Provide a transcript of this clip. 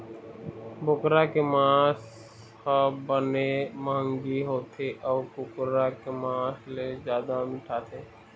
बोकरा के मांस ह बने मंहगी होथे अउ कुकरा के मांस ले जादा मिठाथे